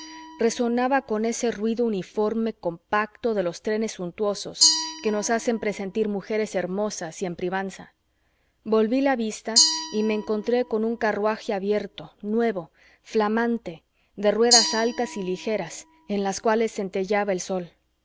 resonaba con ese ruido uniforme compacto de los trenes suntuosos que nos hacen presentir mujeres hermosas y en privanza volví la vista y me encontré con un carruaje abierto nuevo flamante de ruedas altas y ligeras en las cuales centelleaba el sol